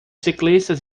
ciclistas